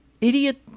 idiot